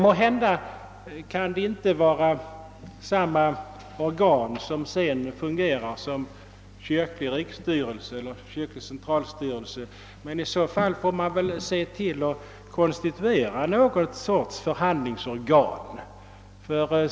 Måhända kan det inte vara samma organ som sedan fungerar som kyrklig riksstyrelse eller centralstyrelse, men i så fall får man väl se till att konstituera någon sorts förhandlingsorgan.